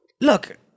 Look